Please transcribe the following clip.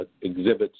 exhibits